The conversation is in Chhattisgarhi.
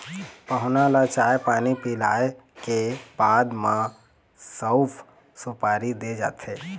पहुना ल चाय पानी पिलाए के बाद म सउफ, सुपारी दे जाथे